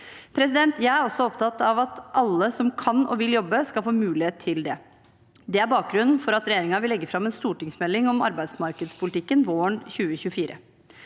Jeg er også opptatt av at alle som kan og vil jobbe, skal få mulighet til det. Det er bakgrunnen for at regjeringen vil legge fram en stortingsmelding om arbeidsmarkedspolitikken våren 2024.